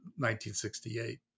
1968